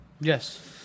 Yes